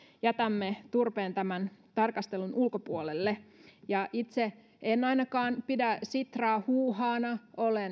jätämme turpeen tämän tarkastelun ulkopuolelle itse en ainakaan pidä sitraa huuhaana